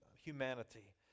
humanity